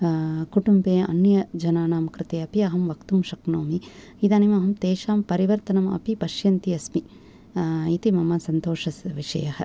कुटुम्बे अन्य जनानां कृते अपि अहम् वक्तुं शक्नोमि इदानीम् अहं तेषां परिवर्तनम् अपि पश्यन्ती अस्मि इति मम सन्तोषस्य विषयः